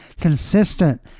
consistent